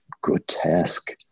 grotesque